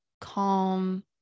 calm